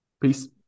Peace